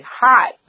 hot